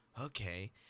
okay